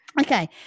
Okay